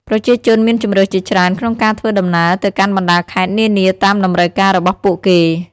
ប្រជាជនមានជម្រើសជាច្រើនក្នុងការធ្វើដំណើរទៅកាន់បណ្តាខេត្តនានាតាមតម្រូវការរបស់ពួកគេ។